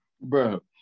Bro